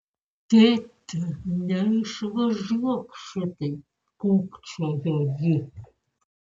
tėti neišvažiuok šitaip kūkčiojo ji